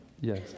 yes